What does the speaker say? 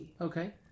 Okay